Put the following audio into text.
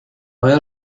ver